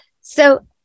So-